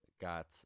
got